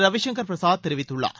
ரவிசங்கள் பிரசாத் தெரிவித்துள்ளார்